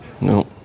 No